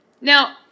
Now –